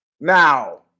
now